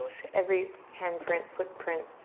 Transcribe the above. to every handprint, footprint